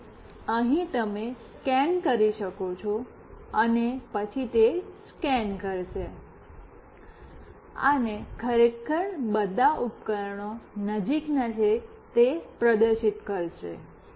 તેથી અહીં તમે સ્કેન કરી શકો છો અને પછી તે સ્કેન કરશે અને ખરેખર બધા ઉપકરણો નજીકનાં છે તે પ્રદર્શિત કરશે